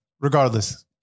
Regardless